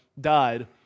died